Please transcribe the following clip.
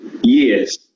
yes